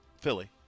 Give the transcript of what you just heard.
Philly